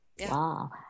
Wow